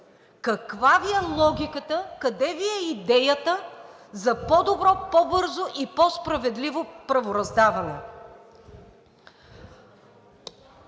Каква Ви е логиката, къде Ви е идеята за по-добро, по-бързо и по-справедливо правораздаване?!